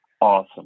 awesome